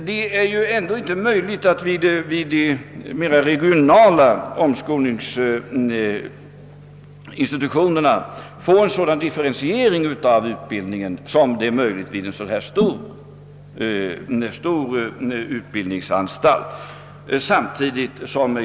Det är inte möjligt att vid de mera regionala omskolningsinstitutionerna få en sådan differentiering av utbildningen som vid en stor utbildningsanstalt.